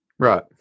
Right